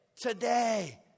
Today